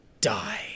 die